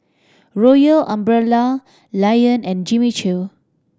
Royal Umbrella Lion and Jimmy Choo